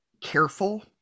careful